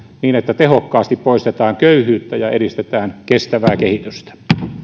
niin että tehokkaasti poistetaan köyhyyttä ja edistetään kestävää kehitystä